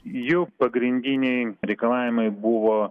jų pagrindiniai reikalavimai buvo